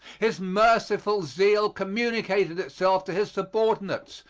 his merciful zeal communicated itself to his subordinates,